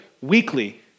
Weekly